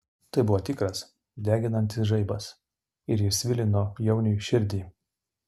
tai buvo tikras deginantis žaibas ir jis svilino jauniui širdį